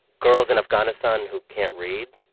girls in afghanistan who can't read,